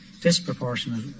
disproportionate